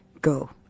go